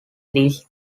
these